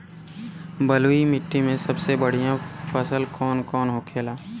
बलुई मिट्टी में सबसे बढ़ियां फसल कौन कौन होखेला?